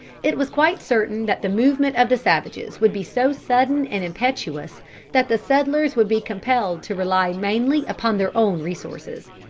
it was quite certain that the movement of the savages would be so sudden and impetuous that the settlers would be compelled to rely mainly upon their own resources.